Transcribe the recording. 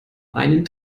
einen